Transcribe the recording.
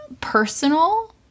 personal